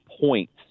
points